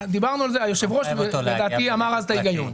היושב-ראש אמר אז את ההיגיון.